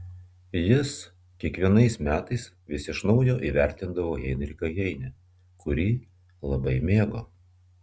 jis kiekvienais metais vis iš naujo įvertindavo heinrichą heinę kurį labai mėgo